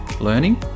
learning